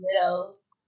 Widows